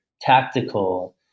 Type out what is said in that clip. tactical